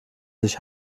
sich